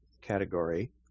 category